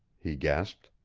he gasped.